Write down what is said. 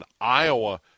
Iowa